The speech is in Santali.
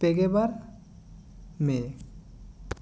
ᱯᱮᱜᱮ ᱵᱟᱨ ᱢᱮ